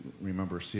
remember